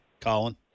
Colin